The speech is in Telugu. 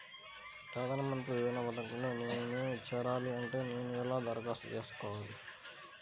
ప్రధాన మంత్రి యోజన పథకంలో నేను చేరాలి అంటే నేను ఎలా దరఖాస్తు చేసుకోవాలి?